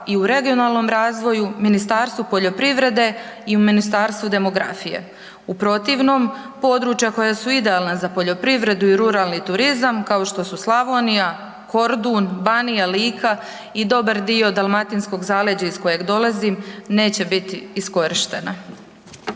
i u regionalnom razvoju, Ministarstvu poljoprivrede i Ministarstvu demografije. U protivnom, područja koja su idealna za poljoprivredu i ruralni turizam, kao što su Slavonija, Kordun, Banija, Lika i dobar dio dalmatinskog zaleđa iz kojeg dolazim, neće biti iskorištena.